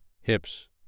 hips